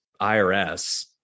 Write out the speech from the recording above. IRS